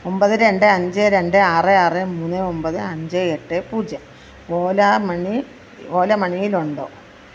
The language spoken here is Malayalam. ഒമ്പത് രണ്ട് അഞ്ച് രണ്ട് ആറ് ആറ് മൂന്ന് ഒമ്പത് അഞ്ച് എട്ട് പൂജ്യം ഓലാ മണി ഓല മണിയിൽ ഉണ്ടോ